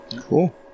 Cool